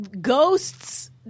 Ghosts